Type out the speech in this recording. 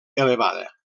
elevada